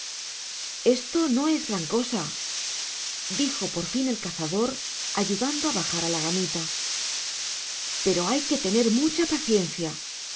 esto no es gran cosa dijo por fin el cazador ayudando a bajar a la gamita pero hay que tener mucha paciencia